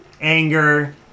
anger